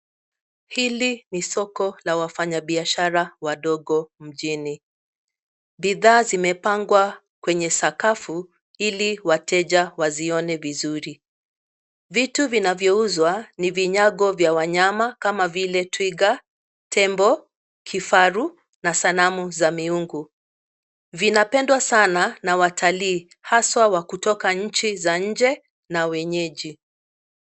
Hili soko la wafanyabiashara wadogo mjini. Bidhaa zimepangwa kwenye sakafu ili wateja wazione vizuri. Vitu vinavyouzwa ni vinyago vya wanyama kama vile twiga, tembo, kifaru na sanamu za miungu. Vinapendwa sana na watalii haswa wa kutoka nchi za nje na wenyeji.